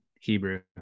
Hebrew